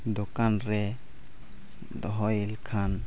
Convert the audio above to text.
ᱫᱳᱠᱟᱱ ᱨᱮ ᱫᱚᱦᱚᱭ ᱞᱮᱠᱷᱟᱱ